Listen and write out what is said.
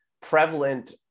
prevalent